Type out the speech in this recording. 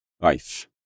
life